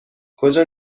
کجا